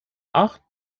acht